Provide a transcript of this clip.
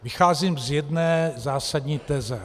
Vycházím z jedné zásadní teze.